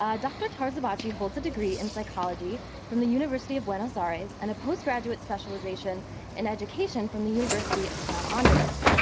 ah dr. tarzibachi holds a degree in psychology from the university of buenos ah aires and a postgraduate specialization in education from the university of san andreas.